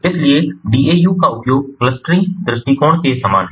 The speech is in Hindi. इसलिए डीएयू का उपयोग क्लस्टरिंग दृष्टिकोण के समान है